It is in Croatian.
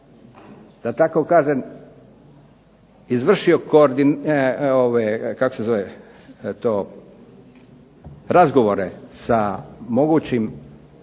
da tako kažem izvršio kako se zove to razgovore sa mogućim